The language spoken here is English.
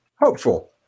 hopeful